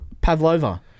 Pavlova